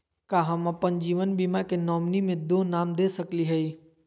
का हम अप्पन जीवन बीमा के नॉमिनी में दो नाम दे सकली हई?